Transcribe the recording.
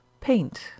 Paint